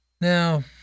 now